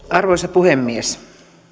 arvoisa puhemies